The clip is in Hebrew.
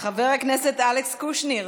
חבר הכנסת אלכס קושניר